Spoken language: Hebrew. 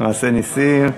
מעשה נסים.